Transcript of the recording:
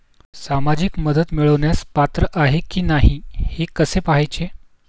सामाजिक मदत मिळवण्यास पात्र आहे की नाही हे कसे पाहायचे?